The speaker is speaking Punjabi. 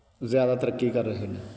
ਜ਼ਿਆਦਾ ਤਰੱਕੀ ਕਰ ਰਹੇ ਨੇ